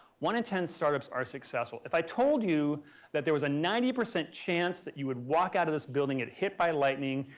one in ten startups are successful. if i told you that there was a ninety percent chance that you would walk out of this building, get hit by lightning,